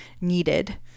needed